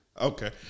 Okay